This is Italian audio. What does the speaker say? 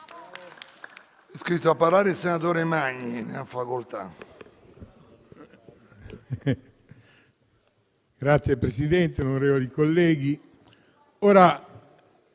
Signor Presidente, onorevoli colleghi,